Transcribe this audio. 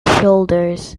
shoulders